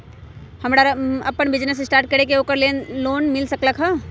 हमरा अपन business start करे के है ओकरा लेल लोन मिल सकलक ह?